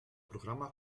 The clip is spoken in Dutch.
programma